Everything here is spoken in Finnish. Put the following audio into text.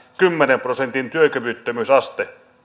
kymmenen prosentin työkyvyttömyysaste